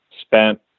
spent